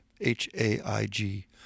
H-A-I-G